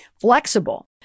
flexible